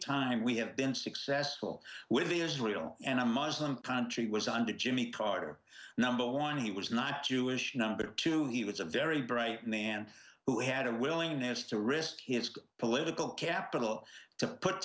time we have been successful with israel and a muslim country was under jimmy carter number one he was not jewish number two he was a very bright man who had a willingness to risk his political capital to put